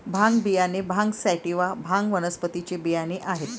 भांग बियाणे भांग सॅटिवा, भांग वनस्पतीचे बियाणे आहेत